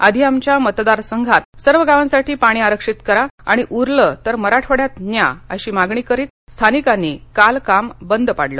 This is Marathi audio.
आधी आमच्या मतदारसंघात सर्व गावांसाठी पाणी आरक्षित करा आणि उरलं तर मराठवाड्यात न्या अशी मागणी करीत स्थानिकांनी काल काम बंद पाडलं